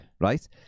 Right